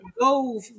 go